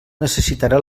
necessitarà